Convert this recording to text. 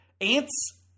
ants